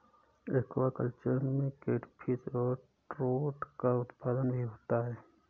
aquaculture में catfish और trout का उत्पादन भी होता है